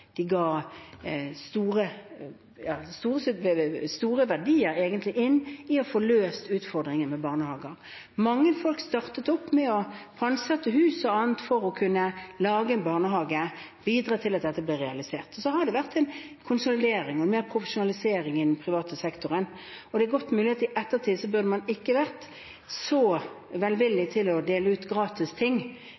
de bidro med store verdier for å få løst utfordringen med barnehager. Mange folk startet opp gjennom å pantsette hus og annet for å kunne lage en barnehage og bidra til at dette ble realisert. Så har det vært en konsolidering og mer profesjonalisering innen den private sektoren. Sett i ettertid er det godt mulig at man ikke burde ha vært så velvillig